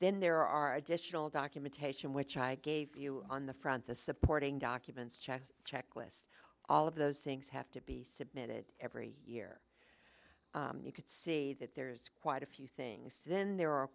then there are additional documentation which i gave you on the front the supporting documents checks checklists all of those things have to be submitted every year you could see that there's quite a few things then there are